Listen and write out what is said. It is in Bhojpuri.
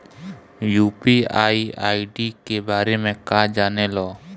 यू.पी.आई आई.डी के बारे में का जाने ल?